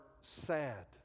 sad